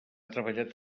treballat